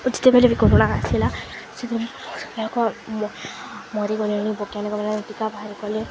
ଯେତେବେଲେ ବି କରୋନା ଆସିଲା ସେ ଯାକ ମରିଗଲେଣି ବୈଜ୍ଞାନିକ ମାନେ ଟୀକା ବାହାର୍ କଲେ